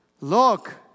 Look